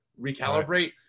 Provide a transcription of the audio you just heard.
recalibrate